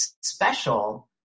special